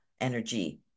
energy